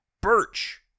Birch